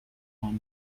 سنگ